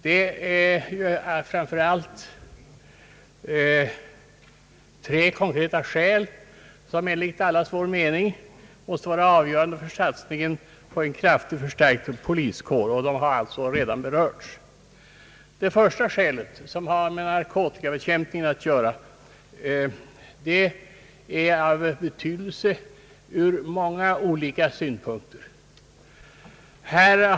Det är framför allt tre konkreta skäl som enligt allas vår mening måste vara avgörande för satsningen på en kraftigt förstärkt poliskår. Det första skälet, som har med narkotikabekämpningen att göra, är av betydelse ur många olika synpunkter.